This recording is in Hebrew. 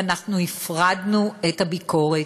ואנחנו הפרדנו את הביקורת,